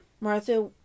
Martha